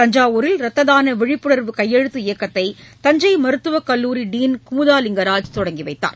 தஞ்சாவூரில் ரத்த தான விழிப்புணர்வு கையெழுத்து இயக்கத்தை தஞ்சை மருத்துவக் கல்லூரி டீன் குமுதாலிங்கராஜ் தொடங்கி வைத்தார்